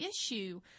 issue